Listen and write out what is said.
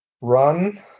run